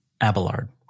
Abelard